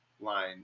line